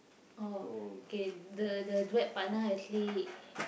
oh okay the the web partner actually